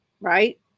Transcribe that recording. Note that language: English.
right